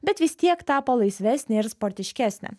bet vis tiek tapo laisvesnė ir sportiškesnė